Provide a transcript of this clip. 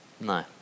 No